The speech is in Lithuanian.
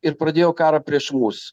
ir pradėjo karą prieš mus